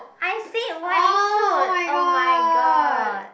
I said white suit oh-my-god